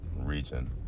region